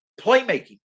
playmaking